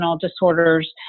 disorders